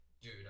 Dude